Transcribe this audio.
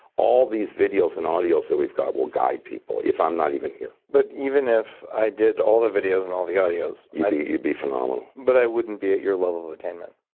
all these videos and audios that we've got will guide people if i'm not even here. but even if i did all the videos and all the audios yeah you'd be phenomenal. but i wouldn't be at your level of attainment.